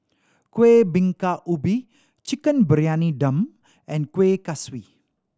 Kueh Bingka Ubi Chicken Briyani Dum and Kueh Kaswi